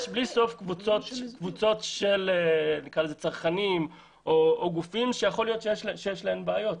יש בלי סוף קבוצות של צרכנים או גופים שיכול להיות שיש להם בעיות.